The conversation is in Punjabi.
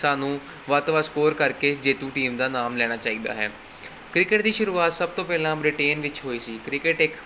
ਸਾਨੂੰ ਵੱਧ ਤੋਂ ਵੱਧ ਸਕੋਰ ਕਰਕੇ ਜੇਤੂ ਟੀਮ ਦਾ ਨਾਮ ਲੈਣਾ ਚਾਹੀਦਾ ਹੈ ਕ੍ਰਿਕਟ ਦੀ ਸ਼ੁਰੂਆਤ ਸਭ ਤੋਂ ਪਹਿਲਾਂ ਬ੍ਰਿਟੇਨ ਵਿੱਚ ਹੋਈ ਸੀ ਕ੍ਰਿਕਟ ਇੱਕ